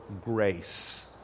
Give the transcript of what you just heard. grace